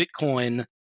Bitcoin